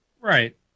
Right